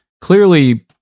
clearly